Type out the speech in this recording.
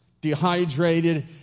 dehydrated